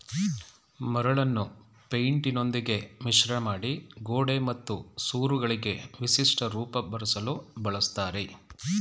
ಮರಳನ್ನು ಪೈಂಟಿನೊಂದಿಗೆ ಮಿಶ್ರಮಾಡಿ ಗೋಡೆ ಮತ್ತು ಸೂರುಗಳಿಗೆ ವಿಶಿಷ್ಟ ರೂಪ ಬರ್ಸಲು ಬಳುಸ್ತರೆ